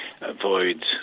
avoid